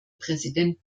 präsidenten